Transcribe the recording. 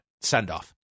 send-off